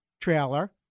trailer